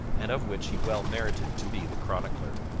and of which he well merited to be the chronicler.